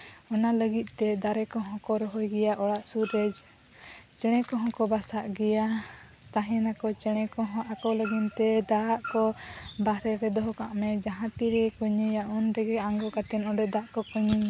ᱚᱱᱟ ᱞᱟᱹᱜᱤᱫᱛᱮ ᱫᱟᱨᱮ ᱠᱚᱦᱚᱸ ᱠᱚ ᱨᱚᱦᱚᱭ ᱜᱮᱭᱟ ᱚᱲᱟᱜ ᱥᱩᱨ ᱨᱮ ᱪᱮᱬᱮ ᱠᱚᱦᱚᱸ ᱠᱚ ᱵᱟᱥᱟᱜ ᱜᱮᱭᱟ ᱛᱟᱦᱮᱱᱟᱠᱚ ᱪᱮᱬᱮ ᱠᱚᱦᱚᱸ ᱟᱠᱚ ᱞᱟᱹᱜᱤᱫᱛᱮ ᱫᱟᱜ ᱠᱚ ᱵᱟᱦᱨᱮ ᱨᱮ ᱫᱚᱦᱚ ᱠᱟᱜ ᱢᱮ ᱡᱟᱦᱟᱸ ᱛᱤᱱ ᱨᱮᱜᱮ ᱠᱚ ᱧᱩᱭᱟ ᱩᱱ ᱨᱮᱜᱮ ᱟᱬᱜᱚ ᱠᱟᱛᱮᱫ ᱚᱸᱰᱮ ᱫᱟᱜ ᱠᱚᱠᱚ ᱧᱩᱭᱟ